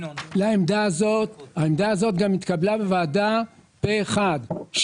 העמדה הזאת גם התקבלה בוועדה פה אחד.